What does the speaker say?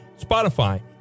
Spotify